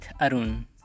Arun